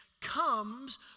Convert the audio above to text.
comes